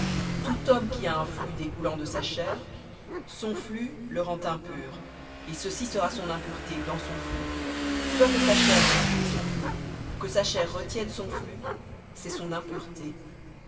tout homme qui a un flux de sa chair son flux le rend impur et ceci sera son impureté dans son flux soit que sa chair laisse couler son flux ou que sa chair retienne son flux c'est son impureté